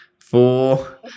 four